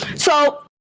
so,